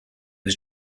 was